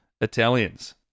Italians